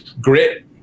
grit